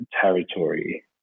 territory